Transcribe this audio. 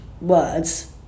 words